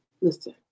Listen